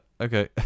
Okay